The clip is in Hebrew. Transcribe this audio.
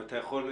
אתה יכול,